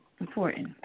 important